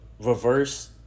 Reverse